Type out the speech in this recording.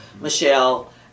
Michelle